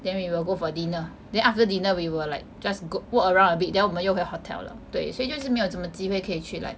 then we will go for dinner then after dinner we will like just go~ walk around a bit then 我们又回 hotel 了对所以就是没有这么机会可以去 like